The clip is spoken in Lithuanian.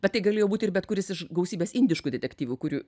bet tai galėjo būti ir bet kuris iš gausybės indiškų detektyvų kurių